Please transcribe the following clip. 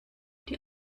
die